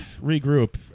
regroup